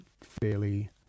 fairly